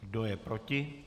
Kdo je proti?